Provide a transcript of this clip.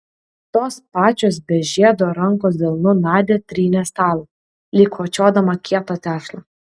tos pačios be žiedo rankos delnu nadia trynė stalą lyg kočiodama kietą tešlą